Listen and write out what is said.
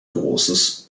großes